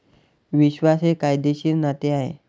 विश्वास हे कायदेशीर नाते आहे